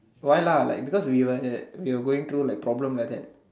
why lah like because we were we were going through like problem like that